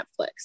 Netflix